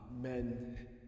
Men